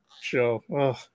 show